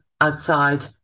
outside